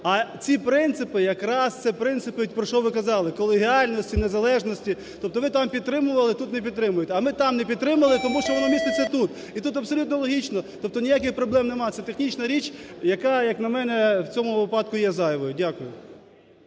А ці принципи, якраз це принципи, про що ви казали. Колегіальності, незалежності. Тобто ви там підтримували, а тут не підтримуєте. А ми там не підтримали тому, що воно міститься тут. І тут абсолютно логічно. Тобто ніяких проблем нема, це технічна річ, яка, як на мене, в цьому випадку є зайвою. Дякую.